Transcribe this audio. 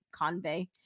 convey